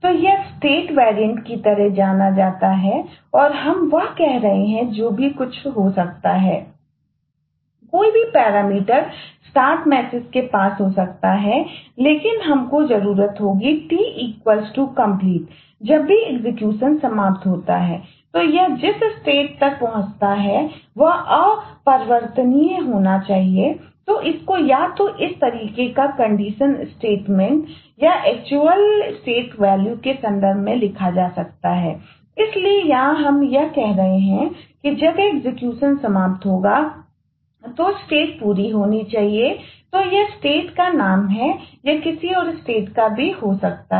तो यह state variant की तरह जाना जाता है और हम वह कह रहे थे जो भी कुछ जो कुछ भी हो सकता है कोई भी पैरामीटरका भी हो सकता है